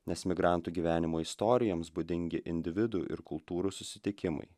nes migrantų gyvenimo istorijoms būdingi individų ir kultūrų susitikimai